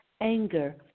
anger